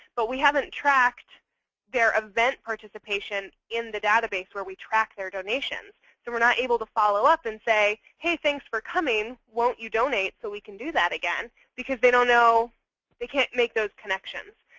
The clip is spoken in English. but we haven't tracked their event participation in the database where we track their donations. so we're not able to follow up and say, hey thanks for coming. won't you donate so we can do that again? because they you know they can't make those connections.